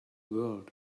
world